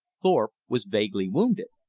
thorpe was vaguely wounded.